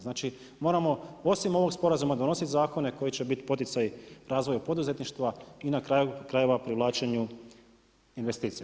Znači moramo osim ovog sporazuma donositi zakone koji će biti poticaj razvoju poduzetništva i na kraju krajeva privlačenju investicija.